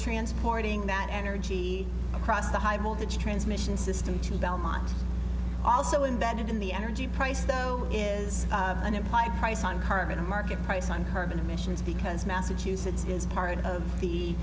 transporting that energy across the high voltage transmission system to belmont also imbedded in the energy price though is an implied price on carbon a market price on carbon emissions because massachusetts is part of the